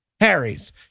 Harry's